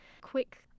quick